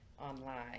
online